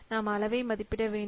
நாம் அளவை மதிப்பிட வேண்டும்